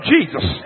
Jesus